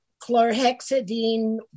Chlorhexidine